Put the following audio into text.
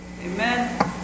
Amen